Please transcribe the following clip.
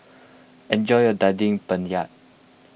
enjoy your Daging Penyet